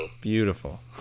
Beautiful